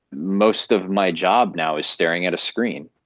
most of my job now is staring at a screen.